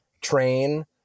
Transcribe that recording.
train